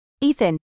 Ethan